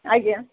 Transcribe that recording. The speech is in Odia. ଆଜ୍ଞା